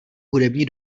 hudební